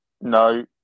No